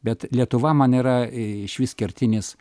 bet lietuva man yra ee išvis kertinis